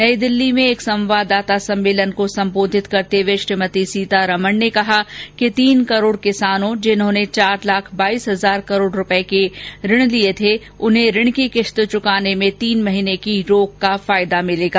नई दिल्ली में एक संवाददाता सम्मेलन को संबोधित करते हुए श्रीमती सीतारमण ने कहा कि तीन करोड़ किसानों जिन्होंने चार लाख बाईस हजार करोड़ रूपए के लोन लिया था उन्हें लोन की किश्त चुकाने में तीन महीने की रोक का फायदा भिलेगा